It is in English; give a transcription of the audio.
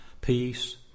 peace